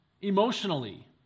emotionally